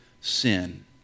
sin